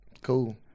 Cool